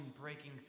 breaking